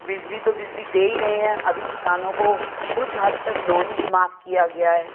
बिजली तो बिजली दे ही रहे हैं अभी किसानों को कुछ हद तक लोन भी माफ किया गया है